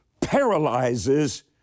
paralyzes